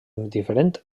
diferent